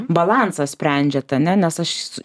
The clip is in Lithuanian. balansą sprendžiat ane nes aš